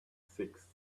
six